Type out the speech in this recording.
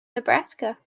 nebraska